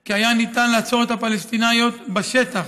כי היה ניתן לעצור את הפלסטיניות בשטח,